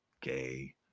gay